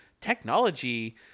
technology